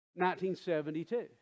1972